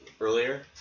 earlier